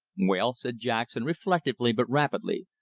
well, said jackson, reflectively but rapidly,